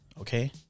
okay